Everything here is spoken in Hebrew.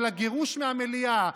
של הגירוש מהמליאה,